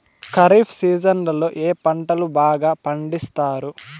ఖరీఫ్ సీజన్లలో ఏ పంటలు బాగా పండిస్తారు